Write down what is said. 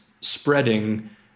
spreading